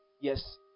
yes